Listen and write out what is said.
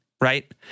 right